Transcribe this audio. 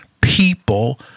people